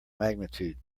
magnitude